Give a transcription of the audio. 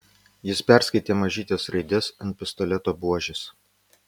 jis perskaitė mažytes raides ant pistoleto buožės